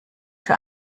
für